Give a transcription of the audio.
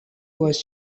was